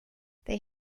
they